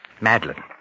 Madeline